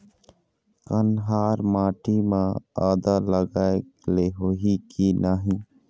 कन्हार माटी म आदा लगाए ले होही की नहीं?